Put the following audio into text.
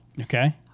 Okay